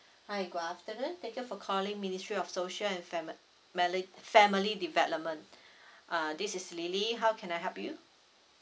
hi good afternoon thank you for calling ministry of social and family family development ah this is lily how can I help you